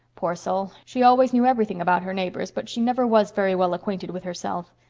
poor soul, she always knew everything about her neighbors, but she never was very well acquainted with herself.